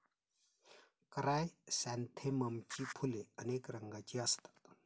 क्रायसॅन्थेममची फुले अनेक रंगांची असतात